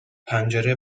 پنجره